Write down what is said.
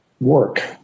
work